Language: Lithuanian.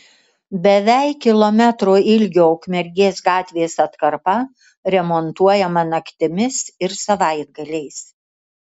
beveik kilometro ilgio ukmergės gatvės atkarpa remontuojama naktimis ir savaitgaliais